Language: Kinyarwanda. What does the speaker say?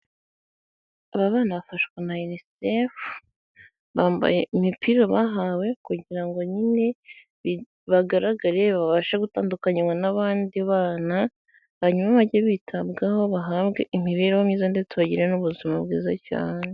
Aba bana bafashwa na inisefu, bambaye imipira bahawe kugira ngo nyine bagaragare babashe gutandukanywa n'abandi bana, hanyuma bajye bitabwaho bahabwe imibereho myiza, ndetse bagire n'ubuzima bwiza cyane.